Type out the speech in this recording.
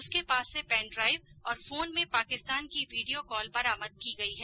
उसके पास से पैनड्राइव और फोन में पाकिस्तान की वीडियो कॉल बरामद की गई है